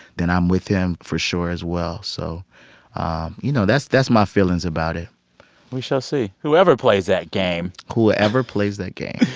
then i'm with him for sure as well. so you know, that's that's my feelings about it we shall see, whoever plays that game whoever plays that game